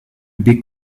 baie